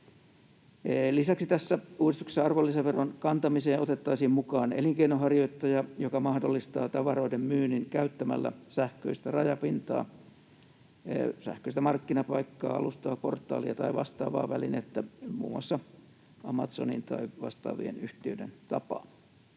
Lisäksi tässä uudistuksessa arvonlisäveron kantamiseen otettaisiin mukaan elinkeinonharjoittaja, joka mahdollistaa tavaroiden myynnin käyttämällä sähköistä rajapintaa, sähköistä markkinapaikkaa, alustaa, portaalia tai vastaavaa välinettä, muun muassa Amazonin tai vastaavien yhtiöiden tapaan.